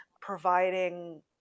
providing